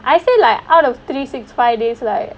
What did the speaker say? I feel like out of three six five days like